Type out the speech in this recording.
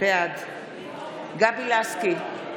בעד גבי לסקי,